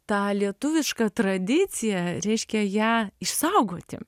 tą lietuvišką tradiciją reiškia ją išsaugoti